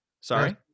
Sorry